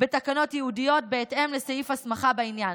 בתקנות ייעודיות בהתאם לסעיף הסמכה בעניין.